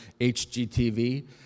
HGTV